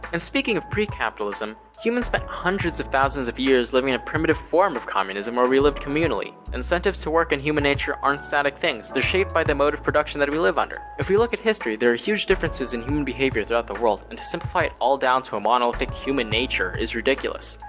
and speaking of pre-capitalism, humans spent hundreds of thousands of years living in a primitive form of communism where we lived communally. incentives to work and human nature aren't static things, they're shaped by the mode of production that we live under. if we look at history, there are huge differences in human behavior throughout the world and to simplify it all down to a monolithic human nature is ridiculous.